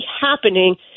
happening